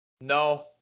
No